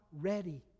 ready